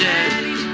Daddy